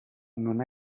non